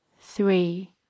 Three